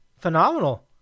phenomenal